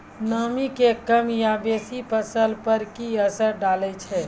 नामी के कम या बेसी फसल पर की असर डाले छै?